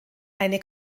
eine